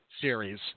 series